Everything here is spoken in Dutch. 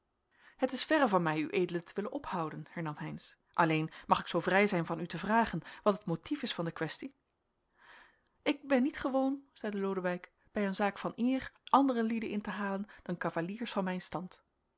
het is verre van mij ued te willen ophouden hernam heynsz alleen mag ik zoo vrij zijn van u te vragen wat het motief is van de quaestie ik ben niet gewoon zeide lodewijk bij een zaak van eer andere lieden in te halen dan cavaliers van mijn stand